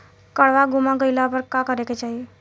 काडवा गुमा गइला पर का करेके चाहीं?